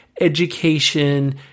education